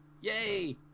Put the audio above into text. Yay